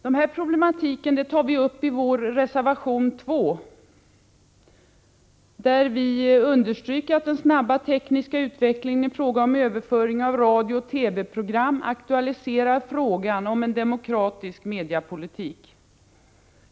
Den här problematiken tar vi upp i reservation 2, där vi understryker att den snabba tekniska utvecklingen i fråga om överföring av radiooch TV-program aktualiserar frågan om en demokratisk mediepolitik.